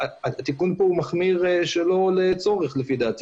לפי דעתי התיקון כאן מחמיר שלא לצורך.